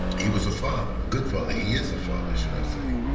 he was a father, a good father. he is a father, should i say.